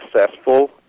successful